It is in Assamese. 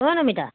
অঁ নমিতা